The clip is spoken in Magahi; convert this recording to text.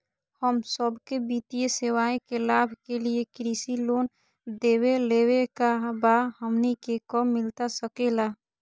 हम सबके वित्तीय सेवाएं के लाभ के लिए कृषि लोन देवे लेवे का बा, हमनी के कब मिलता सके ला?